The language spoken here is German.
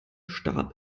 starb